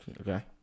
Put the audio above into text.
Okay